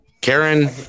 Karen